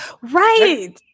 Right